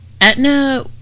etna